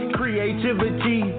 creativity